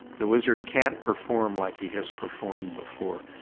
the wizard can't perform like he has performed before.